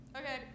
Okay